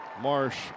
Marsh